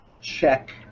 check